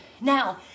Now